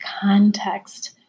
context